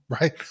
right